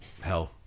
hell